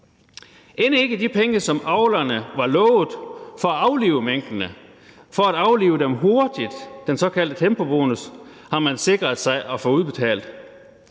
End ikke de penge, som avlerne var lovet for at aflive minkene, for at aflive dem hurtigt, den såkaldte tempobonus, har man sikret sig at få udbetalt.